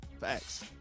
facts